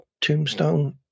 Tombstone